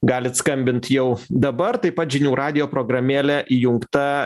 galit skambint jau dabar taip pat žinių radijo programėlė įjungta